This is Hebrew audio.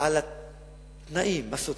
על התנאים הסוציאליים,